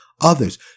others